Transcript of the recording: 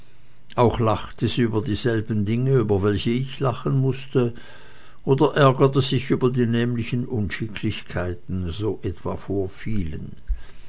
auch lachte sie über dieselben dinge über welche ich lachen mußte oder ärgerte sich über die nämlichen unschicklichkeiten so etwa vorfielen